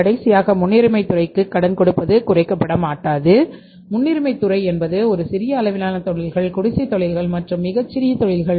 கடைசியாக முன்னுரிமைத் துறைக்கு கடன் கொடுப்பது குறைக்கப்பட மாட்டாது முன்னுரிமைத் துறை என்பது ஒரு சிறிய அளவிலான தொழில்கள் குடிசை தொழில்கள் மற்றும் மிகச் சிறிய தொழில்கள்